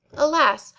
alas,